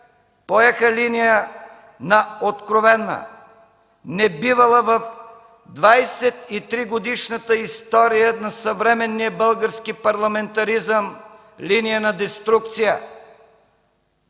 поеха линия на откровена, небивала в 23-годишната история на съвременния български парламентаризъм линия на деструкция.